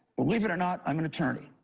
believe it or not, i'm an attorney.